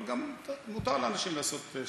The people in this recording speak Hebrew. אבל מותר לאנשים לעשות שינוי.